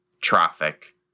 traffic